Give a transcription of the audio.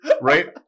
right